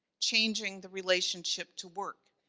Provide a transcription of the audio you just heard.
changing the relationship to work,